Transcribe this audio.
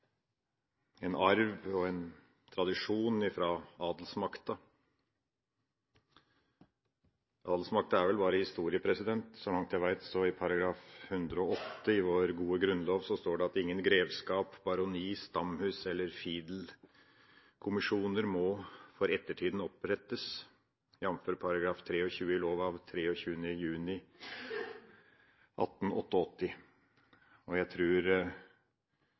en arv og en tradisjon fra adelsmakta. Adelsmakta er vel bare historie. Så langt jeg vet, står det i § 108 i vår gode grunnlov: